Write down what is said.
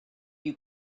you